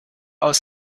aus